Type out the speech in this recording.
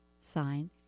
sign